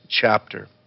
chapter